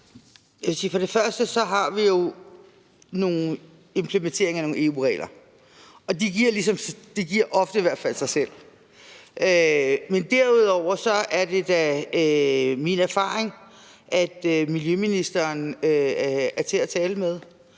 For det første har vi jo implementering af nogle EU-regler, og de giver ofte sig selv. Men derudover er det da min erfaring, at miljøministeren er til at tale med